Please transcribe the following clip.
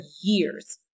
years